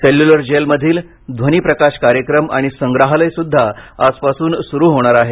cellular jail मधील ध्वनि प्रकाश कार्यक्रम आणि संग्रहालयसुद्धा आज पासून सुरू होणार आहे